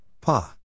Pa